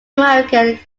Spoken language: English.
american